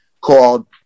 called